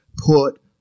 put